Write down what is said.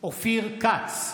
מתחייב אני אופיר כץ,